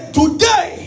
today